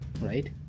right